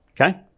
Okay